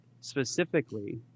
specifically